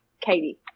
Katie